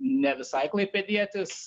ne visai klaipėdietis